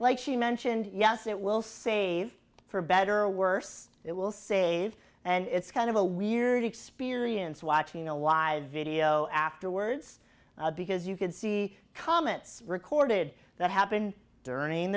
like she mentioned yes it will save for better or worse it will save and it's kind of a weird experience watching a live video afterwards because you can see comments recorded that happen durning